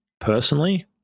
personally